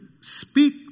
speak